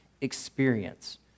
experience